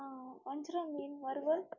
வஞ்சிரம் மீன் வறுவல்